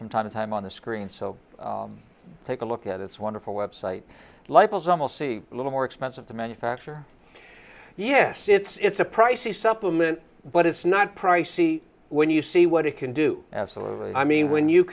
from time to time on the screen so take a look at its wonderful website levels almost see a little more expensive to manufacture yes it's a pricey supplement but it's not pricey when you see what it can do absolutely i mean when you